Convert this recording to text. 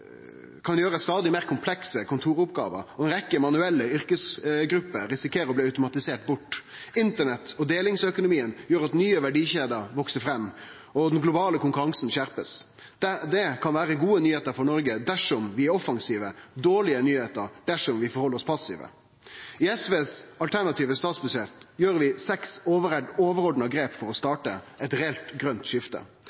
kan gjere stadig meir komplekse kontoroppgåver, og ei rekkje manuelle yrkesgrupper risikerer å bli automatiserte bort. Internett og delingsøkonomien gjer at nye verdikjeder veks fram, og den globale konkurransen blir skjerpa. Det kan vere gode nyheiter for Noreg dersom vi er offensive, men det er dårlege nyheiter dersom vi er passive. I SVs alternative statsbudsjett gjer vi seks overordna grep for å